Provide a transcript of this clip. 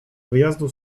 wyjazdu